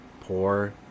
poor